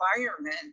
environment